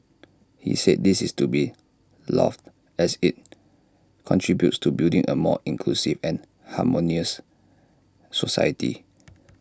he said this is to be lauded as IT contributes to building A more inclusive and harmonious society